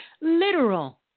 literal